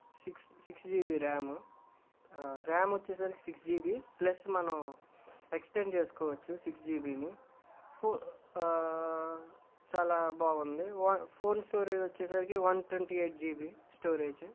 six six GB RAM RAM వచ్చేసరికి six GB plus మనం extend చేసుకోవచ్చు సిక్స్ జిబిని ఫో చాలా బాగుంది ఫోన్ స్టోరేజ్ వచ్చేసరికి one twenty eight GB storage